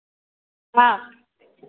हँ